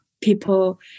people